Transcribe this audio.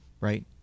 right